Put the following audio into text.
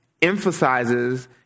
emphasizes